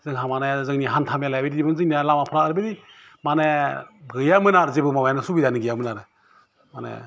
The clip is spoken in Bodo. जोंहा मानि जोंनि हान्था मेलाया बेबायदिमोन जोंनि लामाफ्रा ओरै मानि गैयामोन आरो जेबो सुबिदायानो गैयामोन आरो मानि